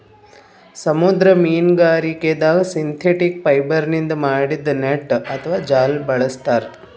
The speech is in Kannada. ಸಮುದ್ರ ಮೀನ್ಗಾರಿಕೆದಾಗ್ ಸಿಂಥೆಟಿಕ್ ಫೈಬರ್ನಿಂದ್ ಮಾಡಿದ್ದ್ ನೆಟ್ಟ್ ಅಥವಾ ಜಾಲ ಬಳಸ್ತಾರ್